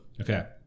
Okay